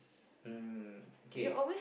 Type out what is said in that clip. um okay